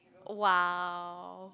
!wow!